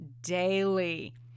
daily